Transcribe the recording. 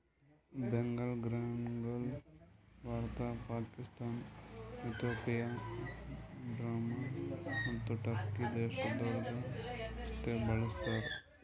ಬೆಂಗಾಲ್ ಗ್ರಾಂಗೊಳ್ Bharat, Pakistan, Ethiopia, Burma ಮತ್ತ Turkey ದೇಶಗೊಳ್ದಾಗ್ ಅಷ್ಟೆ ಬೆಳುಸ್ತಾರ್